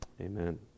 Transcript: Amen